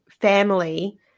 family